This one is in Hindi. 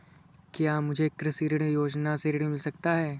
क्या मुझे कृषि ऋण योजना से ऋण मिल सकता है?